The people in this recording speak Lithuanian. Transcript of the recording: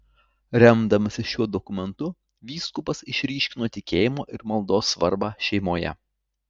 remdamasis šiuo dokumentu vyskupas išryškino tikėjimo ir maldos svarbą šeimoje